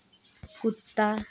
कुत्ता